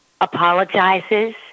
apologizes